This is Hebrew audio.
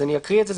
אני אקריא את זה,